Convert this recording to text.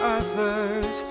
others